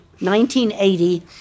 1980